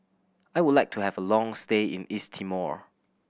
I would like to have a long stay in East Timor